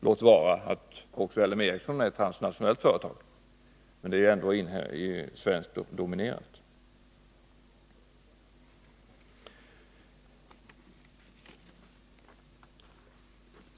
Låt vara att också L M Ericsson är ett transnationellt företag, men det är ändå svenskdominerat.